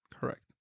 Correct